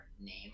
name